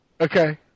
Okay